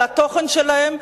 התוכן שלהן,